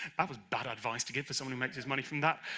was bad advice to give for someone who makes his money from that!